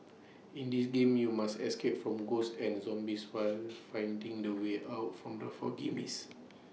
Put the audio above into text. in this game you must escape from ghosts and zombies while finding the way out from the foggy maze